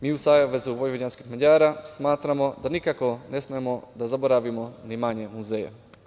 Mi u SVM smatramo da nikako ne smemo da zaboravimo ni manje muzeje.